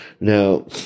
Now